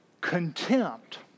Contempt